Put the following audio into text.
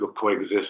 coexist